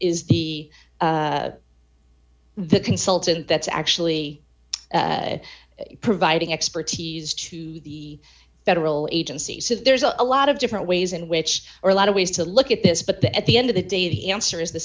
is the the consultant that's actually providing expertise to the federal agency so there's a lot of different ways in which are a lot of ways to look at this but that at the end of the day the answer is the